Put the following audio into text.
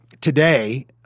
Today